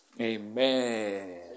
Amen